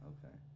Okay